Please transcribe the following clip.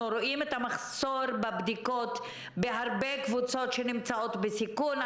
אנחנו רואים את המחסור בבדיקות בהרבה קבוצות שנמצאות בסיכון,